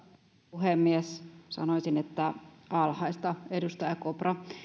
puhemies sanoisin että alhaista edustaja kopra